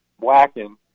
whacking